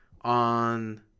on